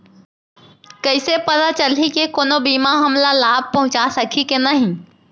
कइसे पता चलही के कोनो बीमा हमला लाभ पहूँचा सकही के नही